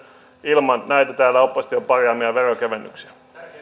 ilman näitä täällä opposition parjaamia veronkevennyksiä arvoisa